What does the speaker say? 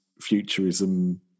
futurism